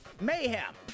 mayhem